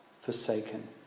forsaken